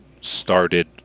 started